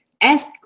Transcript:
ask